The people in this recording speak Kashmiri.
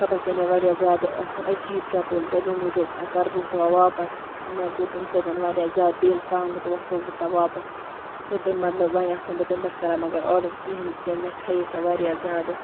سۄ باسے مےٚ واریاہ زیادٕ عجیٖب چَپٕلۍ تٔمی موجوٗب کَرٕ بہٕ سۄ واپَس مےٚ گوٚو تٔمۍ سۭتۍ واریاہ زیادٕ دِل تنٛگ تہٕ وۄنۍ سوزٕ بہٕ سۄ واپَس تہٕ تَمہِ بدلہٕ وۄنۍ آسنہٕ بہٕ تَمہِ پٮ۪ٹھ کران مگر آرڈَر کِہیٖنۍ تِکیٛازِ مےٚ کھرے سۄ واریاہ زیادٕ